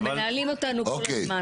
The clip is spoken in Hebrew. אתם מנהלים אותנו כל הזמן.